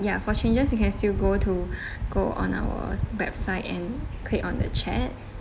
ya for changes you can still go to go on our website and click on the chat